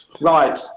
Right